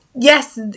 yes